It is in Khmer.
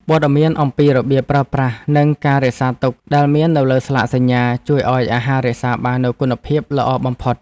ព័ត៌មានអំពីរបៀបប្រើប្រាស់និងការរក្សាទុកដែលមាននៅលើស្លាកសញ្ញា ជួយឱ្យអាហាររក្សាបាននូវគុណភាពល្អបំផុត។